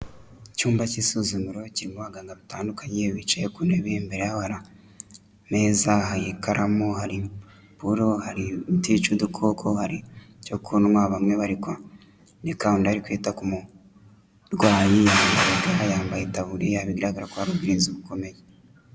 Icyumba cy'isuzumiro kirimo abaganga batandukanye bicaye ku ntebe, imbere yaho hari ameza, hari ikaramu, harimo buro, hari umuti wica udukoko, hari icyo kunywa, bamwe bari kwandika, undi ari kwita ku barwayi yambaye ga, yambaye itaburiya ,bigaragara ko hari ubwirinzi bukomeye.